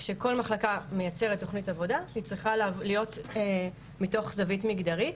כשכל מחלקה מייצרת תוכנית עבודה והיא צריכה להיות מתוך זווית מגדרית